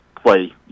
play